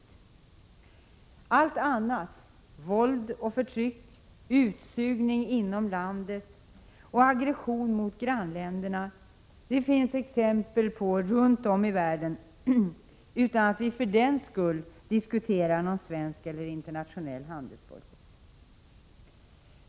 Allt annat — våld och förtryck, utsugning inom landet och aggression mot grannländerna — finns det exempel på runt om i världen utan att vi för den skull diskuterar en svensk eller internationell handelsbojkott.